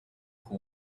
who